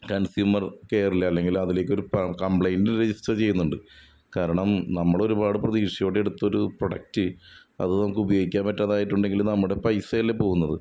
consumer കെയറിലല്ലങ്കിൽ അതിലേക്കൊരു complaint register ചെയ്യുന്നൊണ്ട് കാരണം നമ്മളൊരുപാട് പ്രതീക്ഷയോടെടുത്തൊരു പ്രൊഡക്റ്റ് അത് നമുക്ക് ഉപയോഗിക്കാൻ പറ്റാതായിട്ടുണ്ടെങ്കിൽ നമ്മുടെ പൈസയല്ലേ പോകുന്നത്